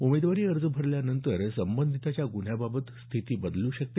उमेदवारी अर्ज भरल्यानंतर संबंधिताच्या गुन्ह्यांबाबत स्थिती बदलू शकते